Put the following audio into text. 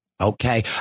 Okay